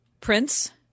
Prince